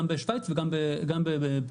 גם בשוויץ וגם בבריטניה,